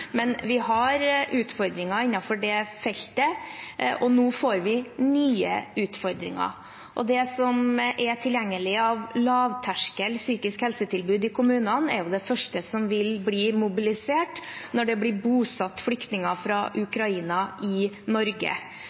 Men vi har utfordringer innenfor det feltet, og nå får vi nye utfordringer. Det som er tilgjengelig av lavterskel psykisk helse-tilbud i kommunene, er det første som vil bli mobilisert når det blir bosatt flyktninger fra Ukraina i Norge.